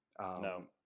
No